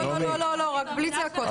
--- לא, לא, רק בלי צעקות.